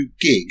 gig